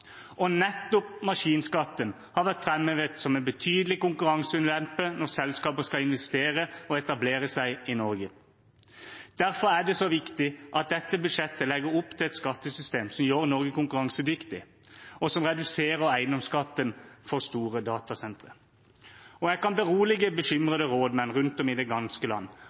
land. Nettopp maskinskatten har vært framhevet som en betydelig konkurranseulempe når selskaper skal investere og etablere seg i Norge. Derfor er det så viktig at dette budsjettet legger opp til et skattesystem som gjør Norge konkurransedyktig, og som reduserer eiendomsskatten for store datasentre. Jeg kan berolige bekymrede rådmenn rundt om i det ganske land